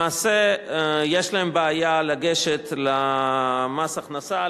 למעשה יש להן בעיה לגשת למס הכנסה,